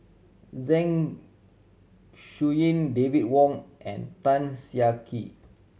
Zeng Shouyin David Wong and Tan Siah Kwee